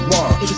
one